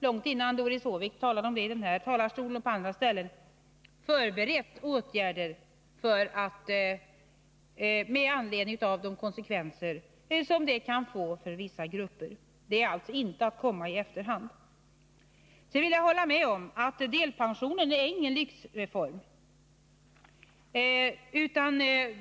Långt innan Doris Håvik talade om saken från den här talarstolen har vi förberett åtgärder med anledning av konsekvenserna för vissa grupper. Detta är alltså inte att komma i efterhand. Sedan vill jag hålla med om att delpensionen inte är någon lyxreform.